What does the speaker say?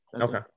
Okay